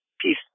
peace